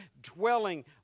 dwelling